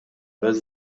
belt